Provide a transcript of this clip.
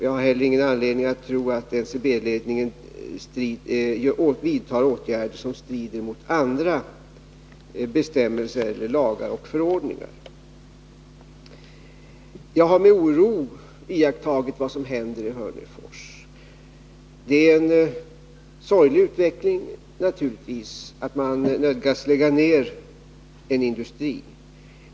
Jag har heller ingen anledning att tro att NCB-ledningen vidtar åtgärder som strider mot andra bestämmelser eller lagar och förordningar. Jag har med oro iakttagit vad som händer i Hörnefors. Det är naturligtvis en sorglig utveckling att man nödgas lägga ned en industri.